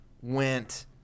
went